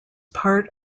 part